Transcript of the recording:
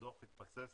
הדו"ח התבסס